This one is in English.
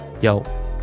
Yo